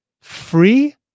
free